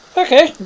Okay